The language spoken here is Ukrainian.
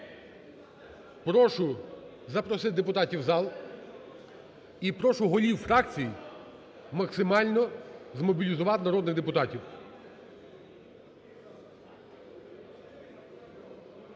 Прошу запросити депутатів в зал і прошу голів фракцій максимально змобілізувати народних депутатів.